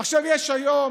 יש היום